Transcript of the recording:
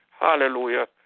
Hallelujah